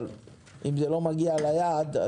אבל אם זה לא מגיע ליעד,